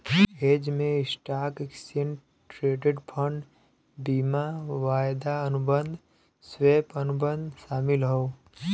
hedge में stock, exchange traded fund, बीमा, वायदा अनुबंध, स्वैप, अनुबंध शामिल हौ